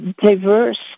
diverse